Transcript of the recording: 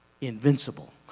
invincible